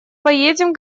поедем